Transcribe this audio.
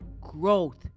growth